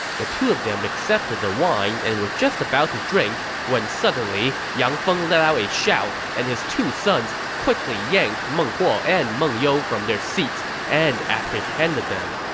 the two of them accepted the wine and were just about to drink when suddenly, yang feng let out a shout, and his two sons quickly yanked meng huo and meng you from their seats and apprehended them.